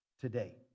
today